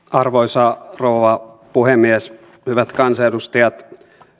arvoisa rouva puhemies hyvät kansanedustajat